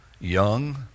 Young